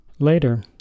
Later